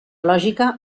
lògica